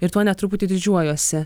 ir tuo net truputį didžiuojuosi